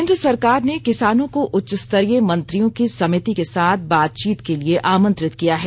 केंद्र सरकार ने किसानों को उच्च स्तधरीय मंत्रियों की समिति के साथ बातचीत के लिए आमंत्रित किया है